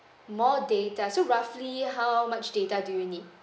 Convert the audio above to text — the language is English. more data so roughly how much data do you need